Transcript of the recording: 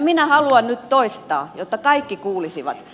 minä haluan nyt toistaa jotta kaikki kuulisivat